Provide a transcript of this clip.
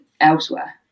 elsewhere